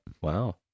Wow